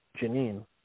Janine